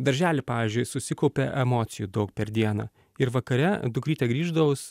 daržely pavyzdžiui susikaupia emocijų daug per dieną ir vakare dukrytė grįždavus